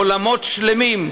עולמות שלמים.